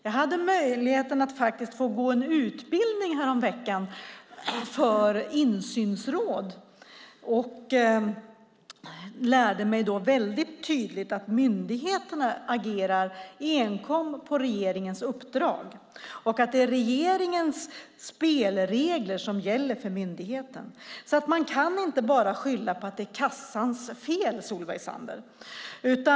Jag hade möjligheten att gå en utbildning för insynsråd häromveckan och lärde mig då väldigt tydligt att myndigheterna agerar enkom på regeringens uppdrag. Det är regeringens spelregler som gäller för myndigheten. Man kan alltså inte bara skylla på att det är Försäkringskassans fel, Solveig Zander.